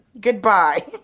goodbye